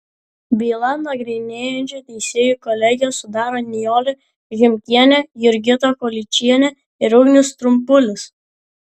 bylą nagrinėjančią teisėjų kolegiją sudaro nijolė žimkienė jurgita kolyčienė ir ugnius trumpulis